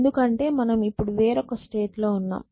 ఎందుకంటే మనం ఇప్పుడు వేరొక స్టేట్ లో ఉన్నాం